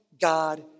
God